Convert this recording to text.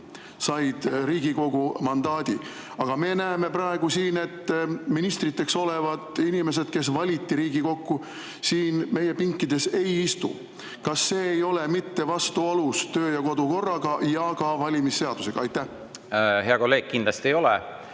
said Riigikogu mandaadi. Aga me näeme praegu siin, et ministriteks olevad inimesed, kes valiti Riigikokku, siin pinkides ei istu. Kas see ei ole mitte vastuolus töö‑ ja kodukorraga ja ka valimisseadusega? Aitäh! Mul on tõesti sisuline